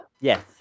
Yes